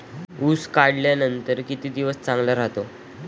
ऊस काढल्यानंतर किती दिवस चांगला राहतो?